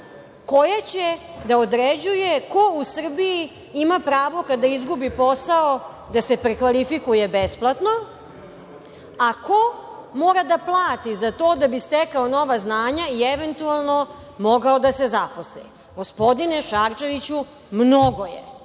koja će da određuje ko u Srbiji ima pravo kada izgubi posao, da se prekvalifikuje besplatno, a ko mora da plati za to da bi stekao nova znanja i eventualno mogao da se zaposli. Gospodine Šarčeviću, mnogo je.